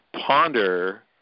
ponder